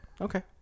Okay